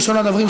ראשון הדוברים,